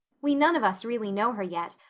we none of us really know her yet,